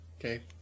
Okay